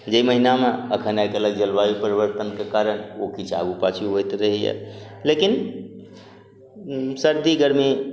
जाहि महिनामे अखन आइ काल्हिक जलवायु परिवर्तनके कारण ओ किछु आब उपाची होइत रहैया लेकिन सर्दी गर्मी